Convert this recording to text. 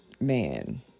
man